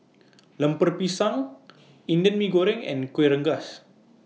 Lemper Pisang Indian Mee Goreng and Kueh Rengas